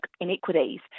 inequities